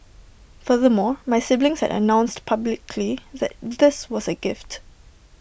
furthermore my siblings had announced publicly that this was A gift